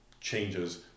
changes